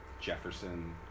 Jefferson